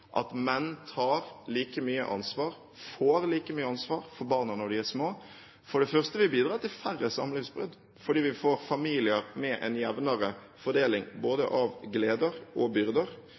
at menn tar like mye ansvar, får like mye ansvar for barna når de er små, for det første vil bidra til færre samlivsbrudd, fordi vi vil få familier med en jevnere fordeling av både gleder og byrder,